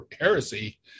heresy